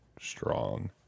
Strong